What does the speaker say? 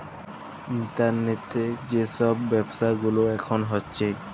ইলটারলেটে যে ছব ব্যাব্ছা গুলা এখল হ্যছে